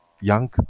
young